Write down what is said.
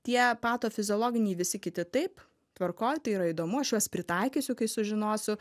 tie patofiziologiniai visi kiti taip tvarkoj tai yra įdomu aš juos pritaikysiu kai sužinosiu